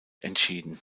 entschieden